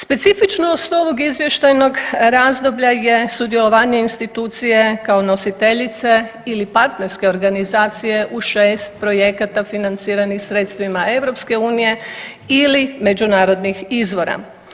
Specifičnost ovog izvještajnog razdoblja je sudjelovanje institucije kao nositeljice ili partnerske organizacije u 6 projekata financiranim sredstvima EU ili međunarodnih izvora.